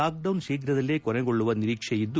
lockdown ಶೀಘ್ರದಲ್ಲೇ ಕೊನೆಗೊಳ್ಳುವ ನಿರೀಕ್ಷೆಯಿದೆ